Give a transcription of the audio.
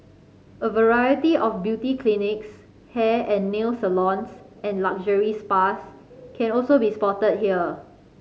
a variety of beauty clinics hair and nail salons and luxury spas can also be spotted here